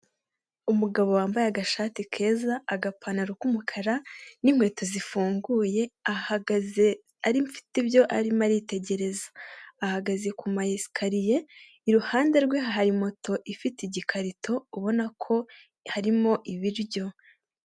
Umugabo wambaye agashati keza, agapantaro k'umukara n'inkweto zifunguye. Ahagaze mfite ibyo arimo aritegereza. Ahagaze ku mayesikariye, iruhande rwe hari moto ifite igikarito ubona ko harimo ibiryo.